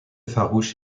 farouche